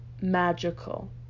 magical